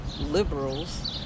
liberals